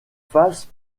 face